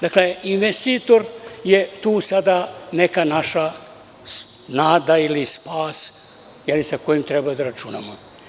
Dakle, investitor je tu sada neka naša nada ili spas sa kojim treba da računamo.